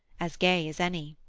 as gay as any.